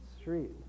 street